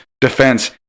defense